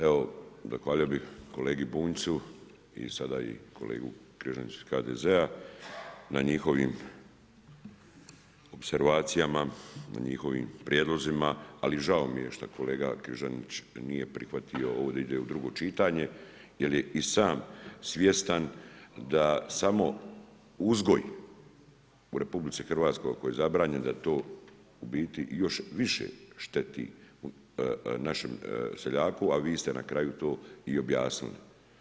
Evo zahvalio bih kolegi Bunjcu i sada kolegi Križaniću iz HDZ-a na njihovim opservacijama, na njihovim prijedlozima, ali žao mi je šta kolega Križanić nije prihvatio ovo da ide u drugo čitanje jel je i sam svjestan da samo uzgoj u RH ako je zabranjen da to u biti još više šteti našem seljaku, a vi ste na kraju to i objasnili.